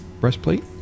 Breastplate